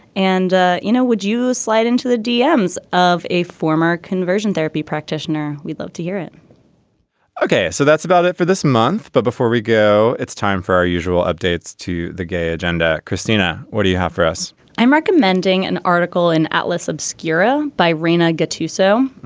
and ah you know would you slide into the dems of a former conversion therapy practitioner. we'd love to hear it ok. so that's about it for this month. but before we go it's time for our usual updates to the gay agenda. christina what do you have for us i'm recommending an article in atlas obscura by raina gattuso.